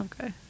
Okay